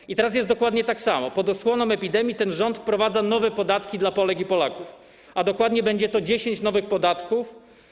I teraz jest dokładnie tak samo, pod osłoną epidemii ten rząd wprowadza nowe podatki dla Polek i Polaków, a dokładnie będzie to 10 nowych podatków.